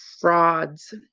Frauds